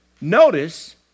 Notice